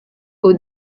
aux